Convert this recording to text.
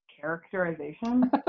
characterization